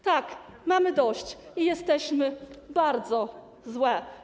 Tak, mamy dość i jesteśmy bardzo złe.